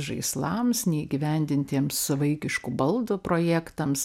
žaislams neįgyvendintiems vaikiškų baldų projektams